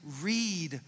read